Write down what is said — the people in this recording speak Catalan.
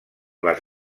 les